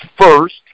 first